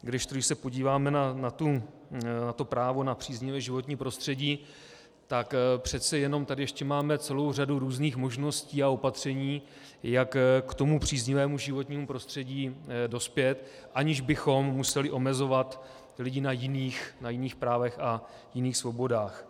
Kdežto když se podíváme na to právo na příznivé životní prostředí, tak přece jenom tady ještě máme celou řadu různých možností a opatření, jak k tomu příznivému životnímu prostředí dospět, aniž bychom museli omezovat lidi na jiných právech a jiných svobodách.